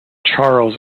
charles